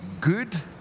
good